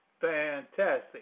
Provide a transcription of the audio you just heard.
fantastic